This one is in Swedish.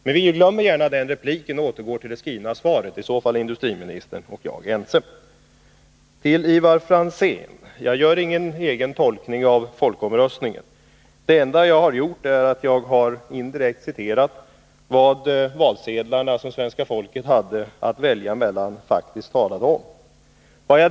Men låt oss gärna glömma den repliken och återgå till interpellationssvaret. När det gäller vad industriministern säger i själva marknadsföringsfrågan, dvs. ingenting, är industriministern och jag ense. Till Ivar Franzén: Jag har inte gjort någon egen tolkning av folkomröstningen. Det enda jag har gjort är att indirekt citera vad det faktiskt talades om på valsedlarna och vad alltså svenska folket hade att välja mellan.